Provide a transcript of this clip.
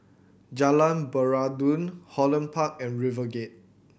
Jalan Peradun Holland Park and RiverGate